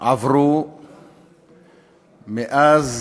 עברו מאז